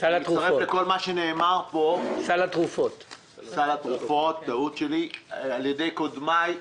אני מצטרף לכל מה שנאמר על ידי קודמיי.